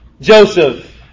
Joseph